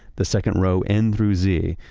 the second row n through z,